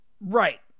Right